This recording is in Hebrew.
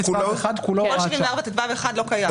הסעיף לא קיים.